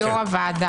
תודה רבה.